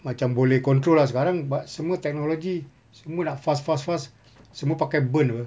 macam boleh control lah sekarang ba~ semua teknologi semua nak fast fast fast semua pakai burn apa